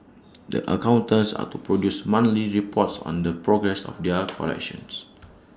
the accountants are to produce monthly reports on the progress of their corrections